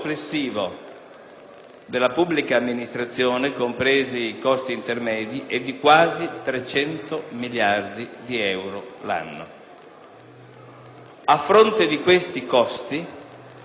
della pubblica amministrazione, compresi quelli intermedi, è di quasi 300 miliardi di euro l'anno.